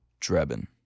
drebin